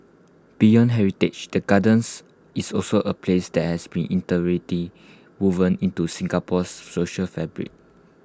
beyond heritage the gardens is also A place that has been woven into Singapore's social fabric